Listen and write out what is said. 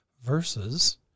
versus